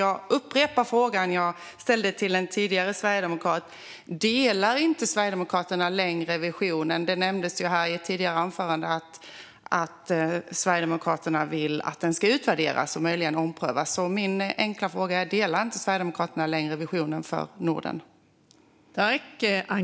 Jag upprepar därför den fråga som jag ställde till den sverigedemokrat som talade tidigare: Delar inte Sverigedemokraterna längre visionen? Det nämndes ju här i ett tidigare anförande att Sverigedemokraterna vill att visionen ska utvärderas och möjligen omprövas. Min enkla fråga är alltså: Delar inte Sverigedemokraterna längre visionen för Norden?